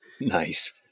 Nice